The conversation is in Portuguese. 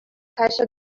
caixa